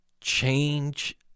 change